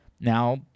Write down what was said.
Now